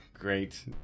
Great